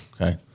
Okay